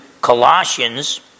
Colossians